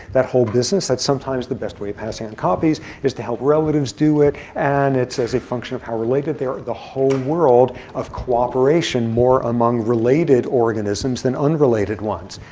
that whole business, that sometimes the best way of passing on copies is to help relatives do it. and it's a function of how related they are. the whole world of cooperation more among related organisms than unrelated ones.